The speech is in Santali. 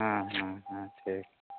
ᱦᱮᱸ ᱦᱮᱸ ᱦᱮᱸ ᱴᱷᱤᱠ